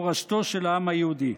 מורשתו של העם היהודי.